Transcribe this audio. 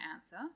answer